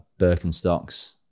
Birkenstocks